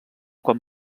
quan